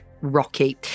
rocky